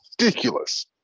ridiculous